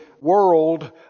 world